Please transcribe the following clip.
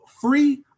free